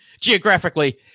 geographically